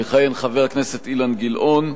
יכהן חבר הכנסת אילן גילאון,